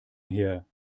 her